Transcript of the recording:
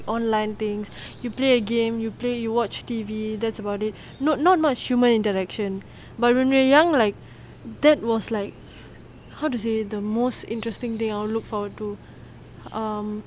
online things you play a game you play you watch T_V that's about it not not much human interaction by when we're young like that was like how to say the most interesting thing I'll look forward to um